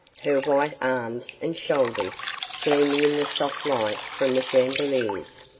her white arms and shoulders gleaming in the soft light from the chandeliers,